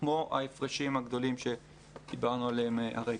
כמו ההפרשים הגדולים שדיברנו עליהם הרגע,